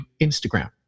Instagram